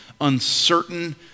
uncertain